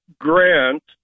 Grant